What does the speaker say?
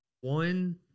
one